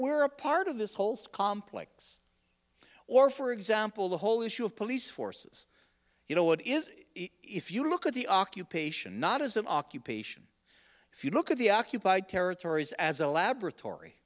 we're a part of this holds complex or for example the whole issue of police forces you know it is if you look at the occupation not as an occupation if you look at the occupied territories as a laboratory